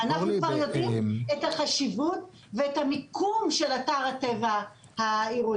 אנחנו כבר יודעים את החשיבות ואת המיקום של אתר הטבע העירוני.